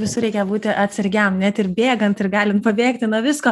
visur reikia būti atsargiam net ir bėgant ir galint pabėgti nuo visko